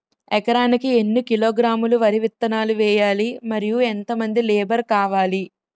ఎకరానికి ఎన్ని కిలోగ్రాములు వరి విత్తనాలు వేయాలి? మరియు ఎంత మంది లేబర్ కావాలి?